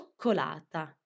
Cioccolata